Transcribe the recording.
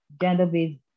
gender-based